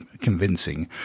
convincing